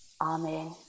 Amen